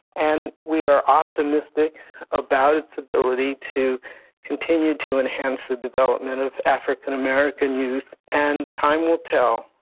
and we are optimistic about its ability to continue to enhance the development of african american youth, and time will tell.